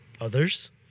others